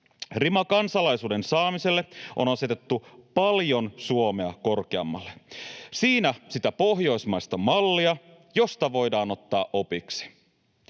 Rima kansalaisuuden saamiselle on asetettu paljon Suomea korkeammalle. Siinä sitä pohjoismaista mallia, josta voidaan ottaa opiksi.